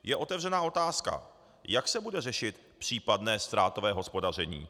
Je otevřena otázka: Jak se bude řešit případné ztrátové hospodaření?